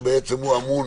בעצם הוא אמון